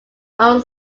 own